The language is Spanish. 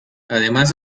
además